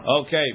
Okay